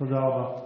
תודה רבה.